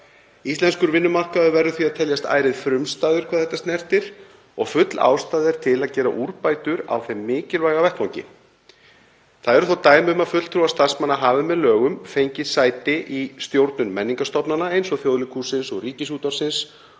Íslenskur vinnumarkaður verður því að teljast ærið frumstæður hvað þetta snertir og full ástæða er til að gera úrbætur á þeim mikilvæga vettvangi. Það eru þó dæmi um að fulltrúar starfsmanna hafi með lögum fengið sæti í stjórnum menningarstofnana eins og Þjóðleikhússins og Ríkisútvarpsins